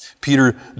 Peter